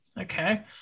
Okay